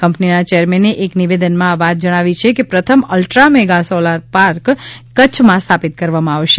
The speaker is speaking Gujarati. કંપનીના ચેરમેને એક નિવેદનમાં આ વાત જણાવી છે કે પ્રથમ અલ્ટ્રા મેગા સોલાર પાર્ક કચ્છમાં સ્થાપિત કરવામાં આવશે